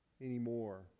anymore